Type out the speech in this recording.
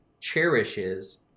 cherishes